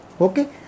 Okay